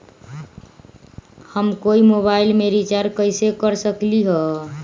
हम कोई मोबाईल में रिचार्ज कईसे कर सकली ह?